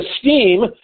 STEAM